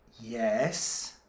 Yes